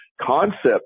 concept